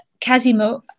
casimo